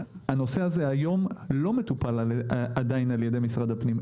הנושא הזה היום לא מטופל עדיין על ידי משרד הפנים,